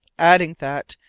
adding that,